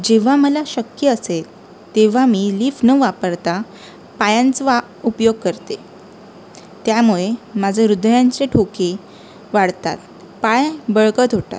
जेव्हा मला शक्य असेल तेव्हा मी लिफ्ट न वापरता पायांचा वा उपयोग करते त्यामुळे माझे हृदयांचे ठोके वाढतात पाय बळकत होतात